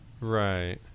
Right